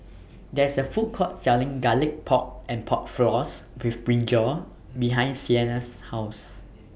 There IS A Food Court Selling Garlic Pork and Pork Floss with Brinjal behind Sienna's House